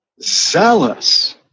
zealous